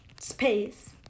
space